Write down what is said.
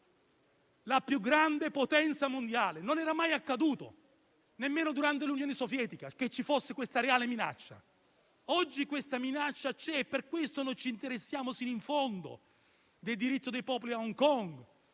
la più grande potenza mondiale. Non era mai accaduto, nemmeno durante il periodo dell'Unione Sovietica, che ci fosse questa reale minaccia. Oggi questa minaccia c'è e per questo ci interessiamo sino in fondo del diritto dei popoli a Hong Kong,